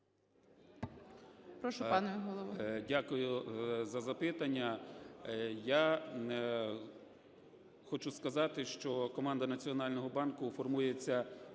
Дякую за запитання.